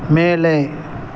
மேலே